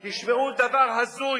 תשמעו דבר הזוי,